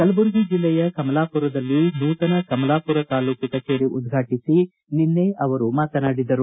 ಕಲಬುರಗಿ ಜಿಲ್ಲೆಯ ಕಮಲಾಪುರದಲ್ಲಿ ನೂತನ ಕಮಲಾಪುರ ತಾಲೂಕು ಕಚೇರಿ ಉದ್ಘಾಟಿಸಿ ಅವರು ಮಾತನಾಡಿದರು